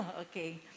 Okay